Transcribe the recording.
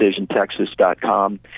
decisiontexas.com